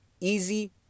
easy